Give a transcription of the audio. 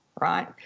right